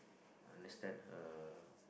understand her